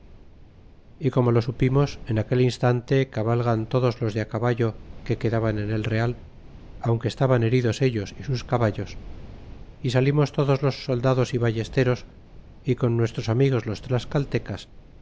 e como lo supimos en aquel instante cabalgan todos los de caballo que quedaban ene real aunque estaban heridos ellos y sus caballos y salimos todos los soldados y ballesteros y con nuestros amigos